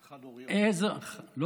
איזו, חד-הוריות.